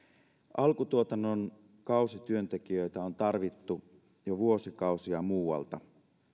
alkutuotannon kausityöntekijöitä on tarvittu jo vuosikausia muualta